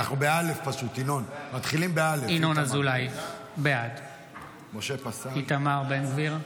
ינון אזולאי, בעד איתמר בן גביר,